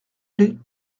plait